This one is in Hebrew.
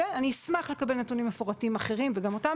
אני אשמח לקבל נתונים מפורטים אחרים וגם אותם